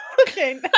Okay